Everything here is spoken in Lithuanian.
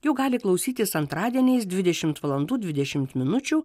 jų gali klausytis antradieniais dvidešimt valandų dvidešimt minučių